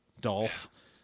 Dolph